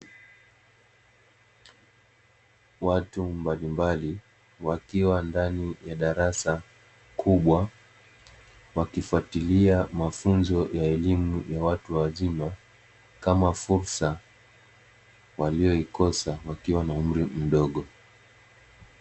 Watu mbalimbali wakiwa ndani ya darasa kubwa wakifuatilia mafunzo ya elimu ya watu wazima, kama fursa waliyoikosa wakiwa na umri mdogo.